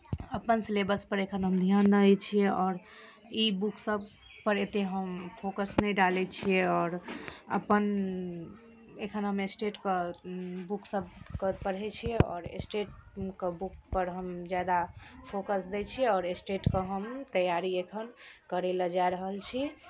अपन सिलेबसपर एखन हम ध्यान देने छियै आओर ई बुकसभ पर एतेक हम फोकस नहि डालै छियै आओर अपन एखन हम स्टेटके बुकसबकेँ पढ़ै छियै आओर स्टेटके बुकपर हम ज्यादा फोकस दै छियै आओर स्टेटके हम तैयारी एखन करय लेल जा रहल छी